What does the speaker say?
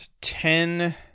Ten